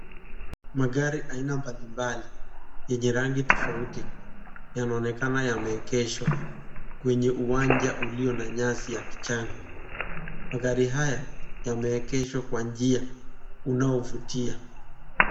Magari aina mbalimbali yenye rangi tofauti yanaonekana yameegeshwa kwenye uwanja ulio na nyasi ya kijani. Magari haya yameegeshwa kwa njia unaovutia.